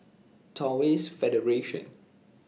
Taoist Federation